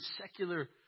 secular